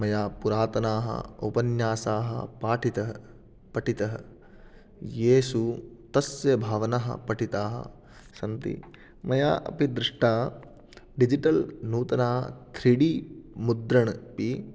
मया पुरातनाः उपन्यासाः पाठितः पठितः येषु तस्य भावनाः पठिताः सन्ति मया अपि दृष्टा डिजिटल् नूतना थ्रीडी मुद्रणम् अपि